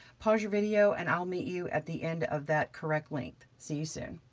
pause your video, and i'll meet you at the end of that correct length. see you soon.